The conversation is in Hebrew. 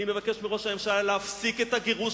אני מבקש מראש הממשלה להפסיק את הגירוש